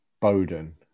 Bowden